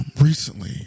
Recently